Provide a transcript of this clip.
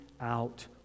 out